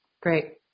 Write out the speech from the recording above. Great